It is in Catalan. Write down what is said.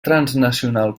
transnacional